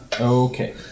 Okay